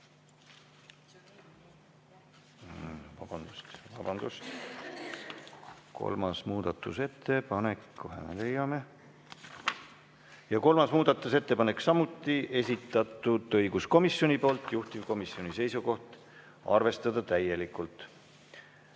kolmas muudatusettepanek, samuti esitatud õiguskomisjoni poolt, juhtivkomisjoni seisukoht on arvestada täielikult.